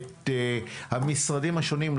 את המשרדים השונים,